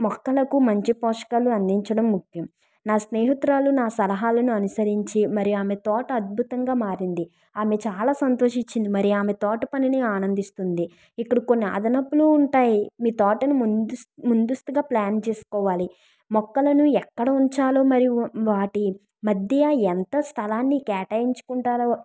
మొక్కలకు మంచి పోషకాలు అందించడం ముఖ్యం నా స్నేహితురాలు నా సలహాలను అనుసరించి మరి ఆమె తోట అద్భుతంగా మారింది ఆమె చాలా సంతోషించింది మరి ఆమె తోట పనిని ఆనందిస్తుంది ఇప్పుడు కొన్ని అదనపులు ఉంటాయి మీ తోటను ముందుస్త ముందుస్తుగా ప్లాన్ చేసుకోవాలి మొక్కలను ఎక్కడ ఉంచాలో మరి వాటి మధ్య ఎంత స్థలాన్ని కేటాయించుకుంటారో